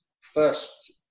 first